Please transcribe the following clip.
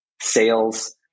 sales